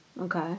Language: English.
okay